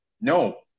no